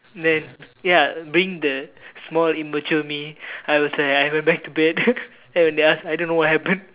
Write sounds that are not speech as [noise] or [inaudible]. then ya being the small immature me I was like I went back to bed [laughs] and when they ask I don't know what happened